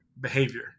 behavior